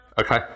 Okay